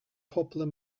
popular